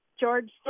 George